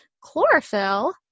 Chlorophyll